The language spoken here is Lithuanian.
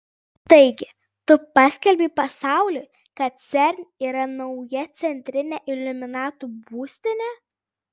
taigi tu paskelbei pasauliui kad cern yra nauja centrinė iliuminatų būstinė